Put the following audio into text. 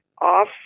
off